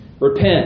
Repent